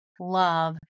love